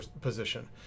position